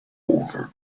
over